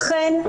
חן,